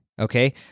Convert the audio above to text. Okay